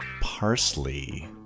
parsley